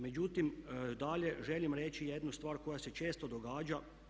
Međutim dalje želim reći jednu stvar koja se često događa.